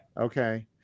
Okay